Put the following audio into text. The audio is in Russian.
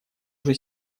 уже